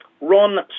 Ron